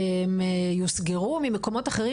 הם יוסגרו במקומות אחרים,